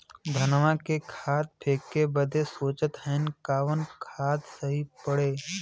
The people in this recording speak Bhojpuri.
धनवा में खाद फेंके बदे सोचत हैन कवन खाद सही पड़े?